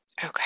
Okay